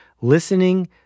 listening